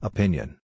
Opinion